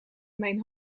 mijn